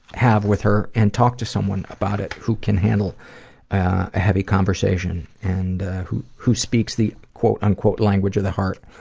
have with her, and talk to someone about it who can handle a heavy conversation and who who speaks the and language of the heart,